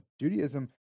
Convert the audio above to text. Judaism